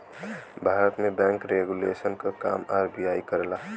भारत में bank regulation क काम आर.बी.आई करला